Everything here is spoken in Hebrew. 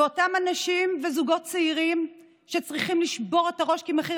ואותם אנשים וזוגות צעירים שצריכים לשבור את הראש כי מחיר